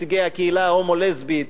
נציגי הקהילה ההומו-לסבית,